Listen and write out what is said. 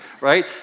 right